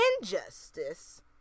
Injustice